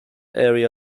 area